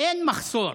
אין מחסור.